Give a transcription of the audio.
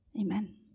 Amen